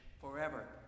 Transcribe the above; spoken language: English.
forever